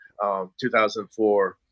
2004